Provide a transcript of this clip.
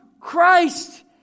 Christ